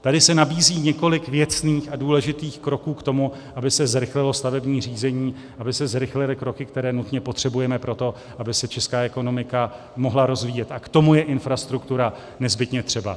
Tady se nabízí několik věcných a důležitých kroků k tomu, aby se zrychlilo stavební řízení, aby se zrychlily kroky, které nutně potřebujeme pro to, aby se česká ekonomika mohla rozvíjet, a k tomu je infrastruktura nezbytně třeba.